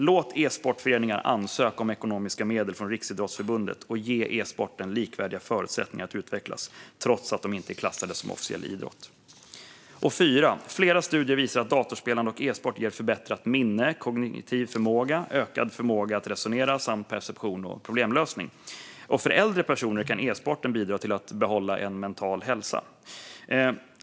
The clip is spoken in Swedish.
Låt e-sportföreningar ansöka om ekonomiska medel från Riksidrottsförbundet, och ge e-sporten likvärdiga förutsättningar att utvecklas trots att de inte är klassade som officiell idrott! Flera studier visar att datorspelande och e-sport ger förbättrat minne, förbättrad kognitiv förmåga och ökad förmåga att resonera och lösa problem samt ökad perception. För äldre personer kan e-sporten bidra till att behålla mental hälsa.